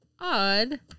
Odd